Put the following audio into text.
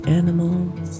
animals